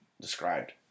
described